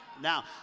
Now